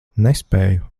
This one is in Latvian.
nespēju